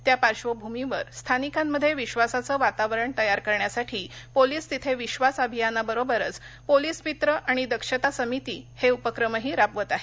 त्या पार्श्वभूमीवर स्थानिकांमध्ये विश्वासाचं वातावरण तयार करण्यासाठी पोलीस तिथे विश्वास अभियानाबरोबरच पोलीस मित्र आणि दक्षता समिती हे उपक्रमही राबवत आहेत